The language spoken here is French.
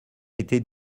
été